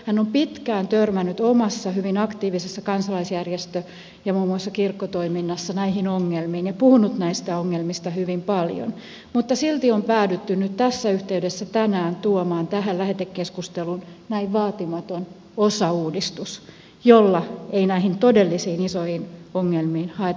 hän on pitkään törmännyt omassa hyvin aktiivisessa kansalaisjärjestö ja muun muassa kirkkotoiminnassaan näihin ongelmiin ja puhunut näistä ongelmista hyvin paljon mutta silti on päädytty nyt tässä yhteydessä tänään tuomaan tähän lähetekeskusteluun näin vaatimaton osauudistus jolla ei näihin todellisiin isoihin ongelmiin haeta ratkaisua